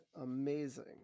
amazing